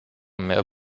mehr